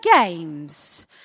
games